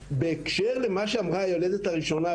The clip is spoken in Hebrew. בהקשר למה שנאמר על ידי היולדת הראשונה,